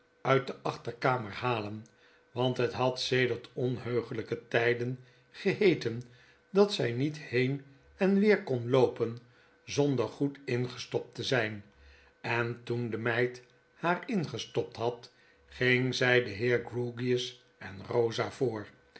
uit de achterkamer halen want het had sedert onheugelgke tgden gebeeten dat zg niet heen en weer kon loopen zonder goed ingestopt te zgn en toen de meid haar ingestopt had ging ztj den heer grewgious en bosa voor